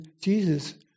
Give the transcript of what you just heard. Jesus